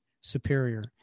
superior